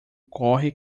corre